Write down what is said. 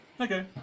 Okay